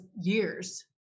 years